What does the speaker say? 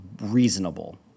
reasonable